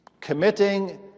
committing